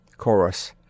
Chorus